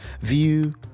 view